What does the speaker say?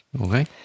Okay